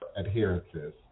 adherences